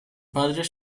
padres